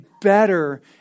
better